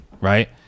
right